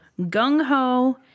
Gung-ho